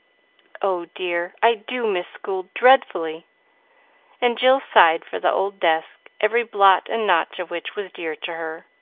oh, dear, i do miss school dreadfully and jill sighed for the old desk, every blot and notch of which was dear to her.